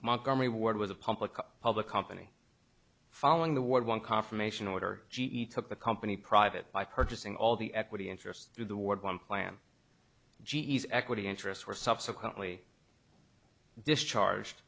montgomery ward with a public public company following the ward one confirmation order g e took the company private by purchasing all the equity interest through the ward one plan g s equity interest were subsequently discharged